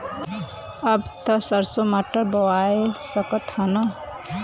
अब त सरसो मटर बोआय सकत ह न?